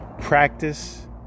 Practice